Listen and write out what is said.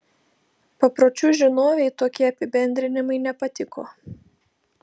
papročių žinovei tokie apibendrinimai nepatiko